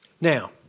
Now